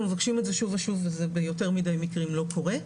מבקשים את זה שוב ושוב וזה ביותר מדי מקרים לא קורה.